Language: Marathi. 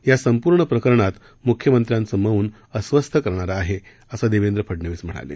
या संपूर्ण प्रकरणात मुख्यमंत्र्यांचं मौन अस्वस्थ करणारं आहे असं देवेंद्र फडनवीस म्हणाले